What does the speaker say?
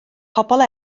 pobl